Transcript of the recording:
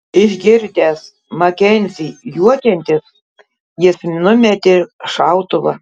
išgirdęs makenzį juokiantis jis numetė šautuvą